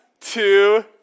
two